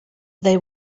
they